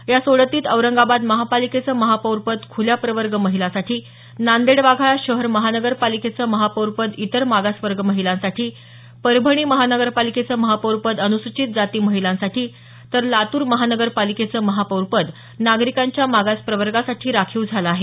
या सोडतीत औरंगाबाद महापालिकेचं महापौरपद खुल्या प्रवर्ग महिलांसाठी नांदेड वाघाळा शहर महानगर पालिकेचं महापौर पद इतर मागासवर्ग महिलांसाठी परभणी महानगरपालिकेचं महापौरपद अनुसूचित जाती महिलांसाठी तर लातूर महानगरपालिकेचं महापौरपद नागरिकांच्या मागास प्रवर्गासाठी राखीव झालं आहे